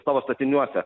savo statiniuose